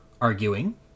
arguing